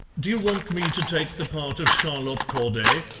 do you want me to take the part of charlotte corday?